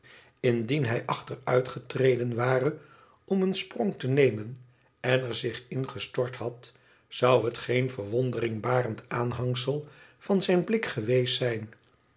indien hij achteruitgetreden ware om een sprong te nemen en er zich in gtort had zou het geen verwondering barend aanhangsel van zijn blik geweest zijn